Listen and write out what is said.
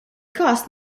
każ